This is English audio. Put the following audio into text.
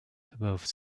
above